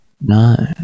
No